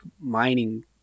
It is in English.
mining